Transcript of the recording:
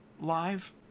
live